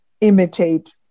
imitate